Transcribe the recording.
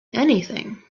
anything